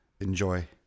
Enjoy